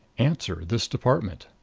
answer this department.